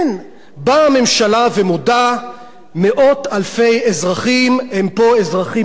באה הממשלה ומודה: מאות אלפי אזרחים הם פה אזרחים מסוג ב'.